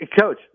Coach